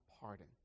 Pardon